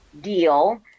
deal